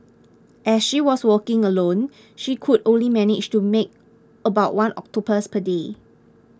as she was working alone she could only manage to make about one octopus per day